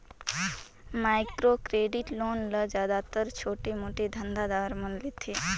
micro credit loan ल जादातर छोटे मोटे धंधा दार मन लेथें